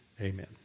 amen